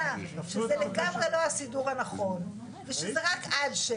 זה לא סיפור לאווירה כזאת,